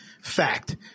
fact